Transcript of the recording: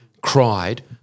cried